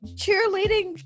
cheerleading